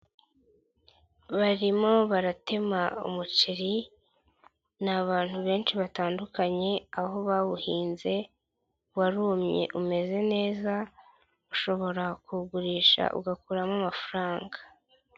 Barimo baratema umuceri, ni abantu benshi batandukanye, aho bawuhinze, warumye umeze neza, ushoborawu kugurisha ugakuramo amafaranga.